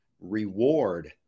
reward